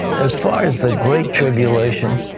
as far as the great tribulation,